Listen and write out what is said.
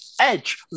Edge